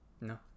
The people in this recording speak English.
No